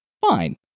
Fine